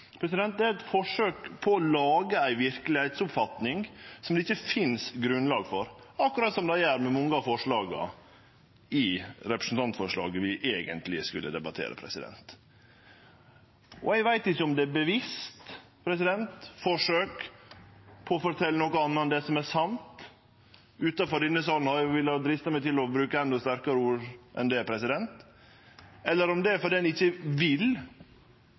dei gjer med mange av forslaga i representantforslaget vi eigentleg skulle debattere. Eg veit ikkje om det er eit bevisst forsøk på å fortelje noko anna enn det som er sant – utanfor denne salen ville eg drista meg til å bruke endå sterkare ord enn det – eller om det er fordi ein ikkje vil